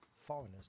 foreigners